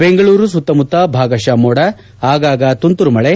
ಬೆಂಗಳೂರು ಸುತ್ತಮುತ್ತ ಭಾಗಶಃ ಮೋಡ ಆಗಾಗ ತುಂತುರು ಮಳೆ